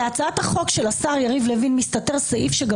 בהצעת החוק של יריב לוין מסתתר סעיף שגם